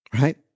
right